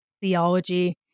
theology